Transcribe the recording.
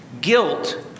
Guilt